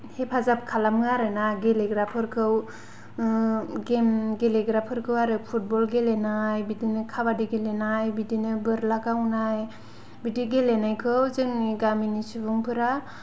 हेफाजाब खालामो आरोना गेलेग्राफोरखौ गेम गेलेग्राफोरखौ आरो फुतबल गेलेनाय बिदिनो काबादि गेलेनाय बिदिनो बोरला गावनाय बिदि गेलेनायखौ जोंनि गामिनि सुबुंफोरा